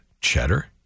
cheddar